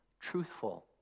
truthful